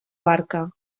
barca